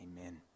Amen